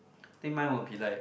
think mine will be like